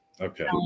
Okay